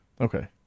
Okay